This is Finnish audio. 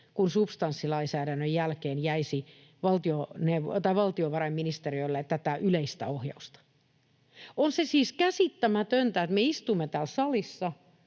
mikä substanssilainsäädännön jälkeen jäisi valtiovarainministeriölle. On se siis käsittämätöntä, että me istumme täällä salissa